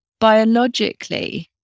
biologically